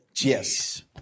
Yes